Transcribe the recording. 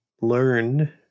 learn